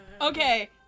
Okay